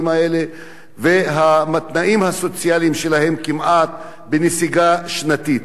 האלה והתנאים הסוציאליים שלהם כמעט בנסיגה שנתית.